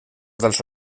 dels